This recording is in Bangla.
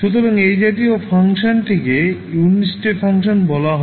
সুতরাং এই জাতীয় ফাংশনটিকে ইউনিট স্টেপ ফাংশন বলা হয়